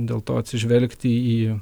dėl to atsižvelgti į jį